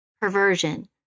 perversion